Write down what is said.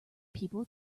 people